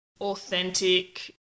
authentic